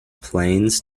planes